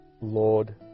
Lord